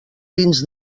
dins